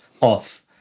off